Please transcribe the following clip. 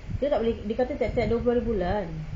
dia tak boleh dia kata tiap-tiap dua puluh hari bulan